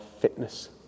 fitness